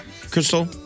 Crystal